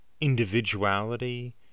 individuality